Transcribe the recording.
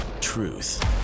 Truth